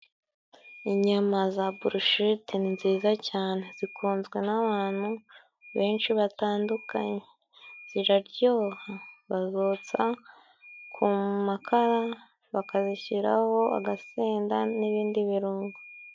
Inyama za burushete ni nziza cyane zikunzwe n'abantu benshi batandukanye ziraryoha bazotsa ku makara bakazishyiraho agasenda n'ibindi birungo.